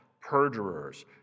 perjurers